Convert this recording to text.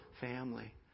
family